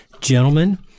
Gentlemen